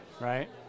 right